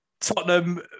Tottenham